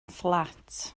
fflat